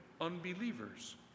unbelievers